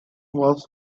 was